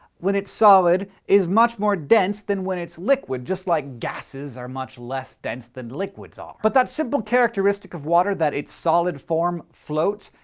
when it's solid, is much more dense than when it's liquid, just like gases are much less dense than liquids are. but that simple characteristic of water, that its solid form floats,